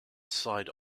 side